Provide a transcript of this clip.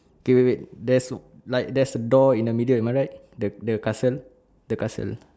okay wait wait there's like there's a door in the middle am I right the the castle the castle